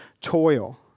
toil